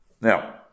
Now